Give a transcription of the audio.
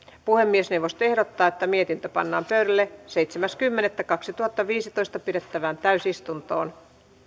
puhemiesneuvosto ehdottaa että mietintö pannaan pöydälle seitsemäs kymmenettä kaksituhattaviisitoista pidettävään täysistuntoon